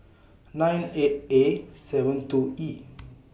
nine eight A seven two E